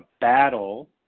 battle